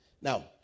Now